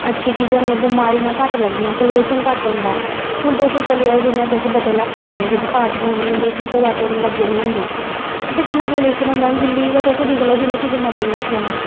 अच्छी चीजां होंदियां बमारियां घट्ट लगदियां प्लयूशन घट्ट होंदा हून तुस चली जाओ जियां तुस बड्डे इलाके च चली जाओ जित्थें प्हाड़ प्हूड़ निं होंदे बूह्टा बाह्टे निं लग्गे दे होंदे उत्थें किन्ना प्लयूशन होंदा हून दिल्ली गी गै तुस दिक्खी लैओ दिल्ली च किन्ना प्लयूशन ऐ